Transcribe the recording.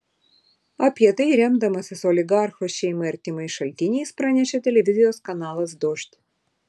apie tai remdamasis oligarcho šeimai artimais šaltiniais pranešė televizijos kanalas dožd